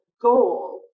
goal